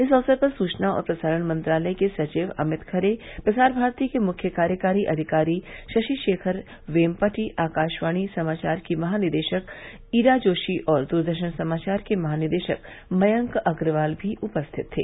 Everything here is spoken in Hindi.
इस अवसर पर सूचना और प्रसारण मंत्रालय के सचिव अमित खरे प्रसार भारती के मुख्य कार्यकारी अधिकारी शशि शेखर वेमपटि आकाशवाणी समाचार की महानिदेशक ईरा जोशी और द्रदर्शन समाचार के महानिदेशक मयंक अग्रवाल भी उपस्थित थे